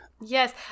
Yes